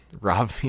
Rob